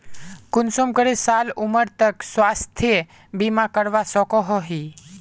कुंसम करे साल उमर तक स्वास्थ्य बीमा करवा सकोहो ही?